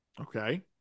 okay